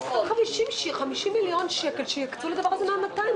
50 מיליון שקל שיקצו לדבר הזה מה-200.